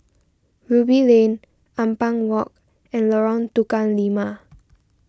Ruby Lane Ampang Walk and Lorong Tukang Lima